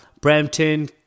Brampton